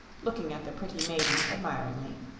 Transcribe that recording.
looking at the pretty maiden admiringly.